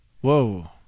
Whoa